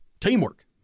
Teamwork